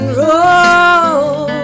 roll